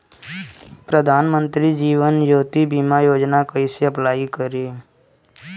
प्रधानमंत्री जीवन ज्योति बीमा योजना कैसे अप्लाई करेम?